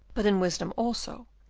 but in wisdom also,